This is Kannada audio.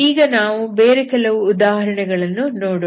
ಈಗ ನಾವು ಬೇರೆ ಕೆಲವು ಉದಾಹರಣೆಗಳನ್ನು ನೋಡೋಣ